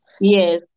Yes